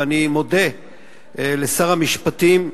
ואני מודה לשר המשפטים,